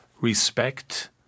respect